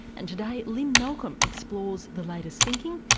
and today lynne malcolm explores the latest thinking.